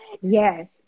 Yes